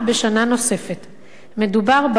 מדובר בהארכה שנייה של הוראת השעה,